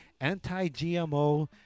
anti-GMO